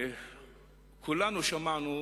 כולנו שמענו